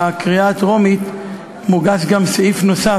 לקריאה הטרומית מוגש גם סעיף נוסף